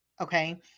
Okay